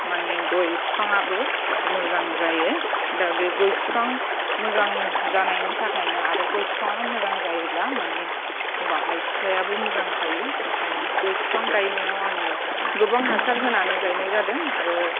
माने गय बिफाङाबो मोजां जायो दा बे गय बिफां मोजां जानायनि थाखायनो आरो गय बिफाङा मोजां जायोब्ला माने बाहाय फिथायाबो मोजां थायो ओंखायनो गय बिफां गायनायाव आङो गोबां हासार होनानै गायनाय जादों आरो